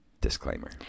Disclaimer